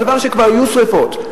כבר היו שרפות.